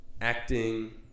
acting